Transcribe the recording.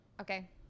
Okay